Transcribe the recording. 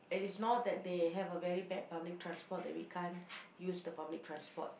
and it's not that they have a very bad public transport that we can't use the public transport